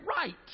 right